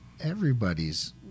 everybody's